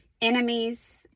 enemies